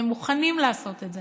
והם מוכנים לעשות את זה.